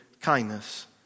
kindness